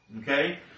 Okay